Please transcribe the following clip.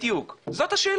בדיוק, זאת השאלה.